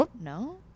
No